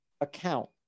account